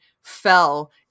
fell